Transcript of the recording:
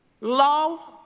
law